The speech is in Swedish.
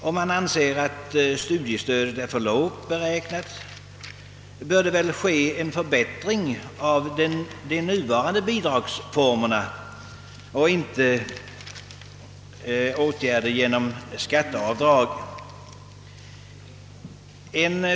Om man anser att studiestödet är för lågt beräknat bör väl en ändring ske genom en förbättring av de nuvarande bidragsformerna och inte genom skatteavdrag. En.